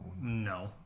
No